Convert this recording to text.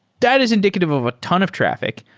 that is indicative of a ton of traffic.